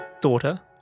daughter